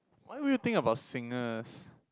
why would you think about singers